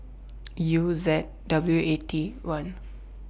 U Z W A T one